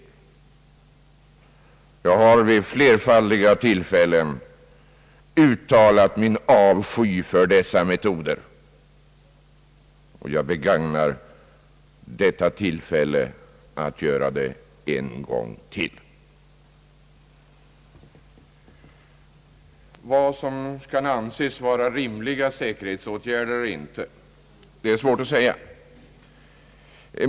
Jag har vid flerfaldiga tillfällen uttalat min avsky för dessa metoder, och jag begagnar detta tillfälle till att göra det än en gång. Vad som kan anses vara rimliga säkerhetsåtgärder eller inte är svårt att säga.